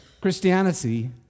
Christianity